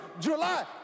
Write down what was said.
July